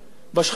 בשכבות החלשות.